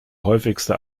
häufigste